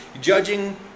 judging